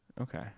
Okay